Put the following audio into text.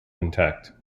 intact